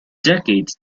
decades